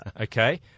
Okay